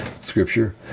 scripture